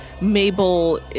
Mabel